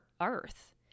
earth